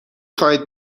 خواهید